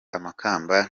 amakamba